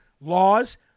laws